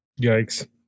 Yikes